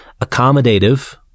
accommodative